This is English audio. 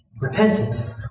repentance